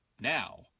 now